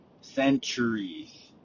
Centuries